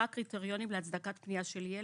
מה הקריטיונים להצדקת פנייה של ילד?